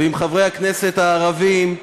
ועם חברי הכנסת הערבים,